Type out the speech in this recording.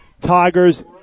Tigers